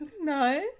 no